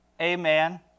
Amen